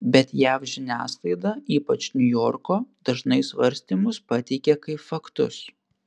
bet jav žiniasklaida ypač niujorko dažnai svarstymus pateikia kaip faktus